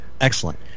Excellent